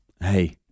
Hey